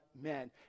men